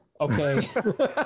Okay